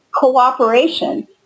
cooperation